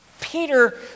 Peter